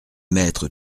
mettre